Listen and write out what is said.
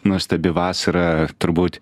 nuostabi vasara turbūt